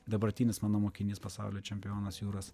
dabartinis mano mokinys pasaulio čempionas juras